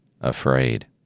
afraid